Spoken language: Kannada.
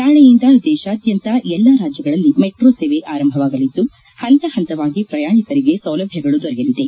ನಾಳೆಯಿಂದ ದೇಶಾದ್ಯಂತ ಎಲ್ಲಾ ರಾಜ್ಯಗಳಲ್ಲಿ ಮೆಟ್ರೋ ಸೇವೆ ಆರಂಭವಾಗಲಿದ್ದು ಹಂತ ಹಂತವಾಗಿ ಪ್ರಯಾಣಿಕರಿಗೆ ಸೌಲಭ್ಯಗಳು ದೊರೆಯಲಿದೆ